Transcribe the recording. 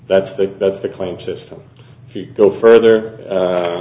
that's the that's the claim system if you go further